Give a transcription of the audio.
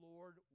Lord